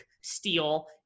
steal